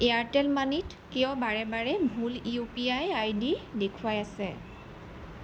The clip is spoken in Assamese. এয়াৰটেল মানিত কিয় বাৰে বাৰে ভুল U P I I D দেখুৱাই আছে